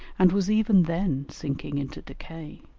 and was even then sinking into decay.